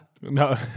No